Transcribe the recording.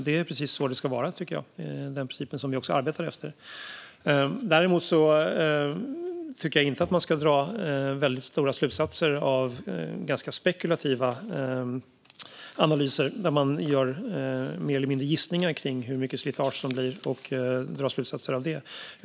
Det är precis så det ska vara, tycker jag, och det är också den princip som vi arbetar efter. Däremot tycker jag inte att vi ska dra väldigt stora slutsatser av ganska spekulativa analyser där man mer eller mindre gissar hur mycket slitage det blir och drar slutsatser utifrån det.